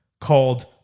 called